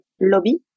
lobby